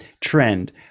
trend